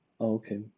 Okay